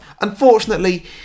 Unfortunately